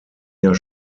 jahr